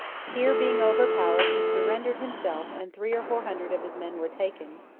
here, being overpowered, he surrendered himself, and three or four hundred of his men were taken,